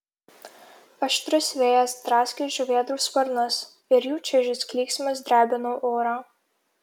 aštrus vėjas draskė žuvėdrų sparnus ir jų čaižus klyksmas drebino orą